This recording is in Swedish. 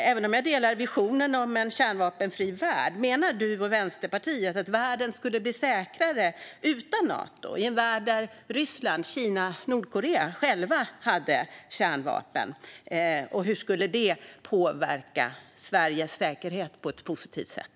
Även om jag delar visionen om en kärnvapenfri värld vill jag fråga dig om du och Vänsterpartiet menar att världen skulle bli säkrare utan Nato. Hur skulle en värld där bara Ryssland, Kina och Nordkorea har kärnvapen påverka Sveriges säkerhet på ett positivt sätt?